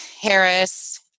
Harris